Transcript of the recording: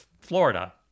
Florida